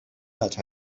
قدر